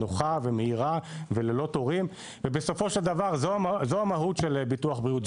נוחה ומהירה וללא תורים ובסופו של דבר זו המהות של ביטוח בריאות,